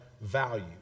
value